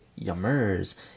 yummers